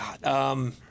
God